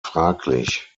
fraglich